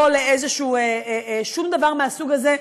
לא שום דבר מהסוג הזה,